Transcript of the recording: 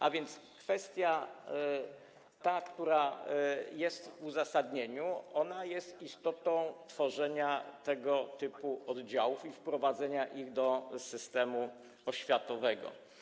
A więc kwestia, która jest w uzasadnieniu, jest istotą tworzenia tego typu oddziałów i wprowadzenia ich do systemu oświatowego.